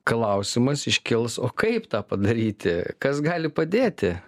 klausimas iškils o kaip tą padaryti kas gali padėti